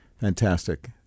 Fantastic